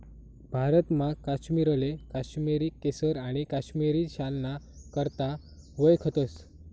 भारतमा काश्मीरले काश्मिरी केसर आणि काश्मिरी शालना करता वयखतस